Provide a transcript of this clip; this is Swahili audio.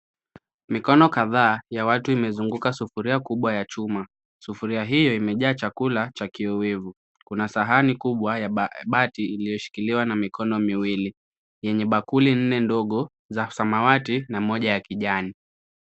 Mikon okadhaa imezunguka sufuria kubwa ya chuma. Sufuria hiyo imejaa chakula cha kiowevu. Kuna sahani kubwa ya bati iliyoshikiliwa na mikono miwili, yenye bakuli nne ndogo za samawati na moja ya kijani.